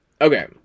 Okay